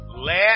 Let